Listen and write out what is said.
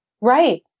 right